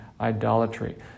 idolatry